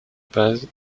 paz